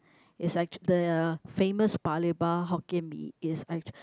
is like the famous Paya Lebar Hokkien Mee is uh